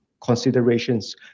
considerations